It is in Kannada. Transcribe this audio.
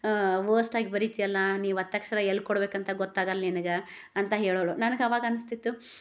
ವರ್ಸ್ಟ್ ಆಗಿ ಬರೀತಿಯಲ್ಲ ನೀ ಒತ್ತಕ್ಷರ ಎಲ್ಲಿ ಕೊಡ್ಬೇಕು ಅಂತ ಗೊತ್ತಾಗಲ್ಲ ನಿನ್ಗೆ ಅಂತ ಹೇಳೋಳು ನನಗೆ ಅವಾಗ ಅನ್ಸ್ತಿತ್ತು